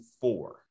four